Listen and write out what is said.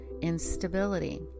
instability